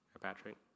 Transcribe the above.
Patrick